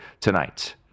tonight